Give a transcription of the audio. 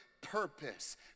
purpose